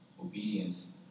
obedience